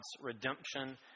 redemption